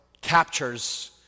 captures